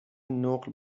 نقل